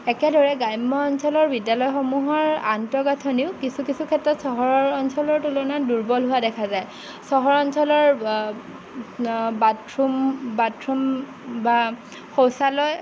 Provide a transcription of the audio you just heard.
একেদৰে গ্ৰাম্য অঞ্চলৰ বিদ্যালয়সমূহৰ আন্তঃগাঁথনিও কিছু কিছু ক্ষেত্ৰত চহৰৰ অঞ্চলৰ তুলনাত দুৰ্বল হোৱা দেখা যায় চহৰ অঞ্চলৰ বাথৰুম বাথৰুম বা শৌচালয়